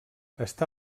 està